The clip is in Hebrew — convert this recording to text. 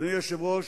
אדוני היושב-ראש,